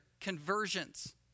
Conversions